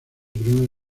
primer